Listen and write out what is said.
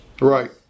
Right